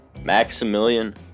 Maximilian